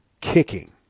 kicking